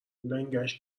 لنگش